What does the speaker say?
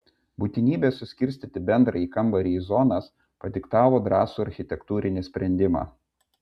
būtinybė suskirstyti bendrąjį kambarį į zonas padiktavo drąsų architektūrinį sprendimą